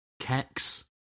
Kex